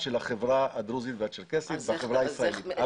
של החברה הדרוזית והצ'רקסית בחברה הישראלית.